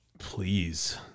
Please